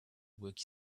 work